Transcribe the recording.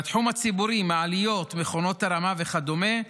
בתחום הציבורי, מעליות, מכונות הרמה וכדומה,